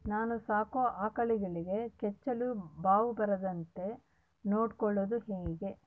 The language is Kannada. ನಾನು ಸಾಕೋ ಆಕಳಿಗೆ ಕೆಚ್ಚಲುಬಾವು ಬರದಂತೆ ನೊಡ್ಕೊಳೋದು ಹೇಗೆ?